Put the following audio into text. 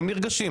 הם נרגשים.